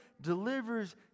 delivers